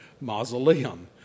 mausoleum